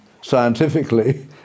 scientifically